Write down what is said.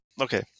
Okay